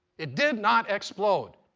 it did not explode.